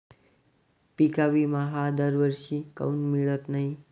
पिका विमा हा दरवर्षी काऊन मिळत न्हाई?